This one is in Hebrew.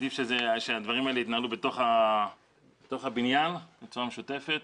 עדיף שהדברים האלה יתנהלו בתוך הבניין בצורה משותפת